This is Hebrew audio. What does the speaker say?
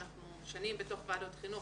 אני שנים בוועדות חינוך,